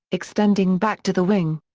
extending back to the wing.